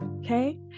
Okay